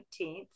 19th